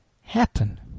happen